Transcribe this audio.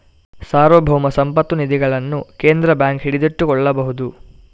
ಸಾರ್ವಭೌಮ ಸಂಪತ್ತು ನಿಧಿಗಳನ್ನು ಕೇಂದ್ರ ಬ್ಯಾಂಕ್ ಹಿಡಿದಿಟ್ಟುಕೊಳ್ಳಬಹುದು